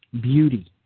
beauty